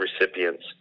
recipients